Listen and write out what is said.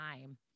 time